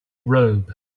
robe